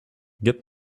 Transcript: get